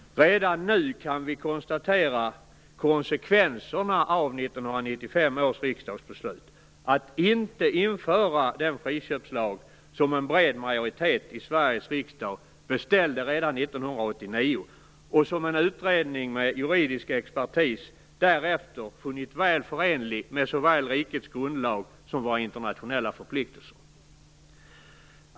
Redan nu kan vi konstatera konsekvenserna av 1995 års riksdagsbeslut att inte införa den friköpslag som en bred majoritet i Sveriges riksdag beställde redan 1989 och som en utredning med juridisk expertis därefter funnit väl förenlig med såväl rikets grundlag som våra internationella förpliktelser.